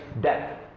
death